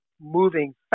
moving